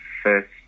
First